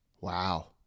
Wow